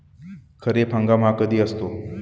खरीप हंगाम हा कधी असतो?